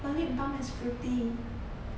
my lip balm is fruity